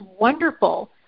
wonderful